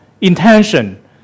intention